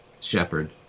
shepherd